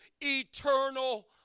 eternal